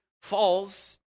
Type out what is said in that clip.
falls